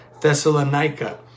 Thessalonica